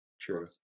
True